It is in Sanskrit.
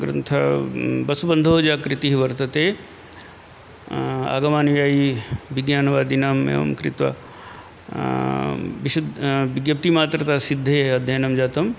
ग्रन्थः वसुबन्धोः या कृतिः वर्तते आगमानुयायी विज्ञानवादिनाम् एवं कृत्वा विशुद् विज्ञप्तिमातृकासिद्धेः अध्ययनं जातम्